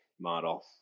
model